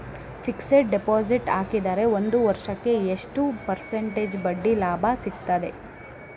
Fixed deposit ಹಾಕಿದರೆ ಒಂದು ವರ್ಷಕ್ಕೆ ಎಷ್ಟು ಪರ್ಸೆಂಟೇಜ್ ಬಡ್ಡಿ ಲಾಭ ಸಿಕ್ತದೆ?